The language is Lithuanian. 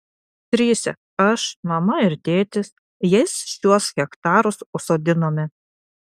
trise aš mama ir tėtis jais šiuos hektarus užsodinome